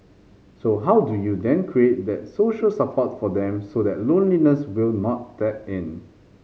so how do you then create that social support for them so that loneliness will not step in